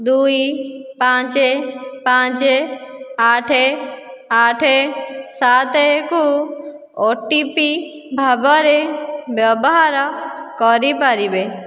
ଦୁଇ ପାଞ୍ଚ ପାଞ୍ଚ ଆଠ ଆଠ ସାତକୁ ଓ ଟି ପି ଭାବରେ ବ୍ୟବହାର କରିପାରିବେ